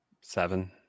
seven